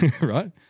Right